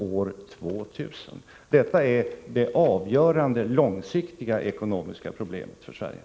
Detta är det avgörande långsiktiga ekonomiska problemet för Sverige.